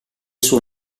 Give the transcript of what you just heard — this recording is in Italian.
suo